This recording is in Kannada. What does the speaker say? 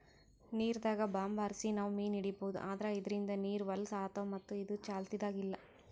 ನೀರ್ದಾಗ್ ಬಾಂಬ್ ಹಾರ್ಸಿ ನಾವ್ ಮೀನ್ ಹಿಡೀಬಹುದ್ ಆದ್ರ ಇದ್ರಿಂದ್ ನೀರ್ ಹೊಲಸ್ ಆತವ್ ಮತ್ತ್ ಇದು ಚಾಲ್ತಿದಾಗ್ ಇಲ್ಲಾ